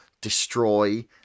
destroy